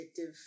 addictive